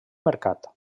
mercat